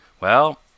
Well